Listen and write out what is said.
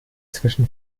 zwischen